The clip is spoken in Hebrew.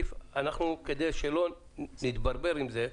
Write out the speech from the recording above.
כדי שלא נתברבר עם זה,